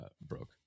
broke